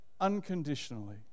unconditionally